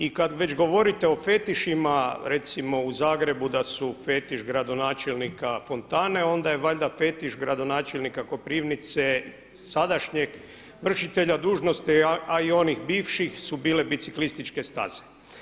I kada već govorite o fetišima recimo u Zagrebu da su fetiš gradonačelnika fontane, onda je valjda fetiš gradonačelnika Koprivnice sadašnjeg vršitelja dužnosti a i onih bivših su bile biciklističke staze.